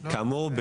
כאמור,